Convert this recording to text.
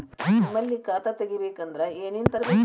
ನಿಮ್ಮಲ್ಲಿ ಖಾತಾ ತೆಗಿಬೇಕಂದ್ರ ಏನೇನ ತರಬೇಕ್ರಿ?